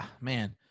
Man